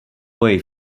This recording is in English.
way